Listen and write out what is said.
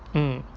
mm